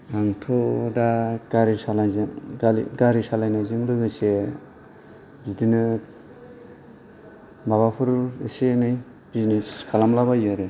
आंथ' दा गारि सालायनाय गारि सालायनायजों लोगोसे बिदिनो माबाफोर एसे एनै बिजनेस खालामलाबायो आरो